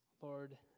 Lord